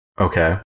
Okay